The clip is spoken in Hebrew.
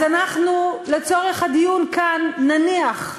אז אנחנו, לצורך הדיון כאן, נניח,